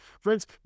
Friends